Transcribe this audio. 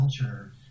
culture